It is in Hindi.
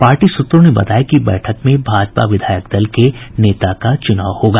पार्टी सूत्रों ने बताया कि बैठक में भाजपा विधायक दल के नेता का चुनाव होगा